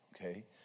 okay